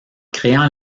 créant